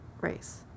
race